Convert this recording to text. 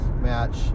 match